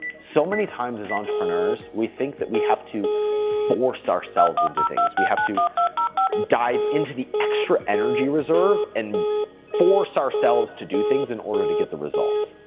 so many times as entrepreneurs, we think that we have to force ourselves into things. we have to dive into the extra energy reserve, and force ourselves to do things in order to get the result.